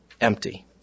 empty